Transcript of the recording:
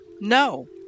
No